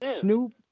Snoop